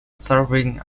serving